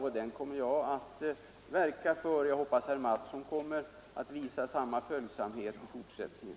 Den utvecklingen kommer jag att verka för, och jag hoppas att herr Mattsson kommer att visa samma följsamhet i fortsättningen.